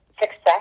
Success